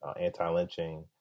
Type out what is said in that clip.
anti-lynching